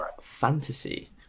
fantasy